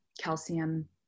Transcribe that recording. calcium